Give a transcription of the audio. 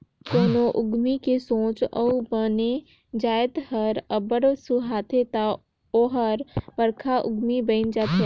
कोनो उद्यमी के सोंच अउ बने जाएत हर अब्बड़ सुहाथे ता ओहर बड़खा उद्यमी बइन जाथे